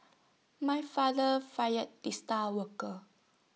my father fired the star worker